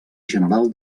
general